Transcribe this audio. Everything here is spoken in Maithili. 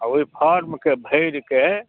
आ ओहि फॉर्मकेँ भरिके